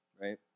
right